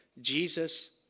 Jesus